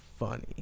funny